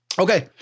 Okay